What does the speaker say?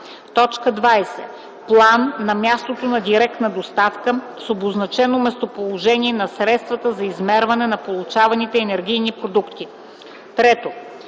доставка; 20. план на мястото на директна доставка с обозначено местоположение на средствата за измерване на получаваните енергийни продукти.” 3.